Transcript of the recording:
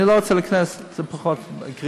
אני לא רוצה להיכנס, זה פחות קריטי.